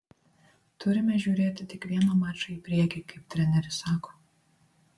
turime žiūrėti tik vieną mačą į priekį kaip treneris sako